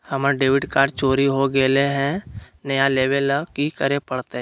हमर debit card चोरी हो गेले हई, नया लेवे ल की करे पड़तई?